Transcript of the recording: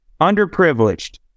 underprivileged